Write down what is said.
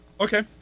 Okay